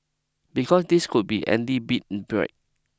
because this could be Andy big break